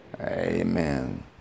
Amen